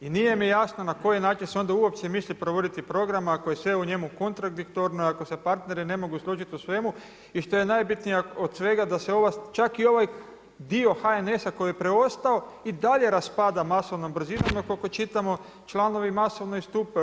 I nije mi jasno na koji način se onda uopće misli provoditi program ako je sve u njemu kontradiktorno ako se partneri ne mogu složiti u svemu i što je najbitnije od svega da se čak i ovaj dio HNS-a koji je preostao i dalje raspada masovnom brzinom jel koliko čitamo članovi masovno istupaju.